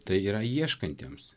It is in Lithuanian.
tai yra ieškantiems